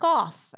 off